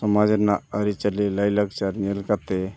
ᱥᱚᱢᱟᱡᱽ ᱨᱮᱱᱟᱜ ᱟᱹᱨᱤᱼᱪᱟᱹᱞᱤ ᱞᱟᱹᱭᱼᱞᱟᱠᱪᱟᱨ ᱧᱮᱞ ᱠᱟᱛᱮᱫ